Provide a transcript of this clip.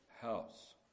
house